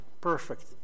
perfect